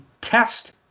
Test